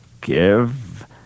give